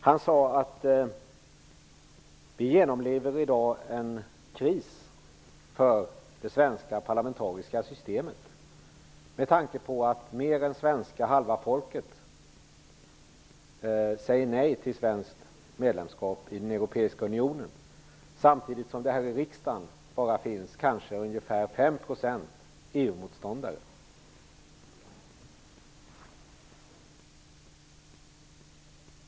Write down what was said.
Han sade att det svenska parlamentariska systemet i dag genomlever en kris med tanke på att mer än halva svenska folket säger nej till svenskt medlemskap i den europeiska unionen, samtidigt som det här i riksdagen kanske bara finns 5 % EU-motståndare.